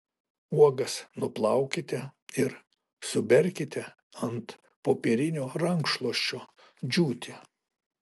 uogas nuplaukite ir suberkite ant popierinio rankšluosčio džiūti